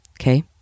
Okay